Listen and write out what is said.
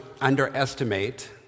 underestimate